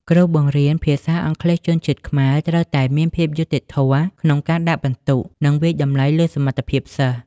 គ្រូបង្រៀនភាសាអង់គ្លេសជនជាតិខ្មែរត្រូវតែមានភាពយុត្តិធម៌ក្នុងការដាក់ពិន្ទុ និងការវាយតម្លៃលើសមត្ថភាពសិស្ស។